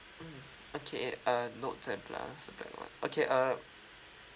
mm okay uh note ten plus black one okay uh